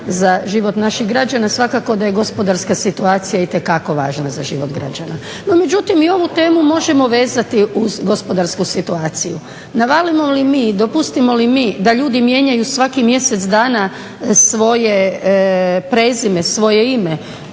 za život naših građana svakako da je gospodarska situacija itekako važna za život građana. No međutim i ovu temu možemo vezati uz gospodarsku situaciju. Navalimo li mi i dopustimo li mi da ljudi mijenjaju svakih mjesec dana svoje prezime svoje ime,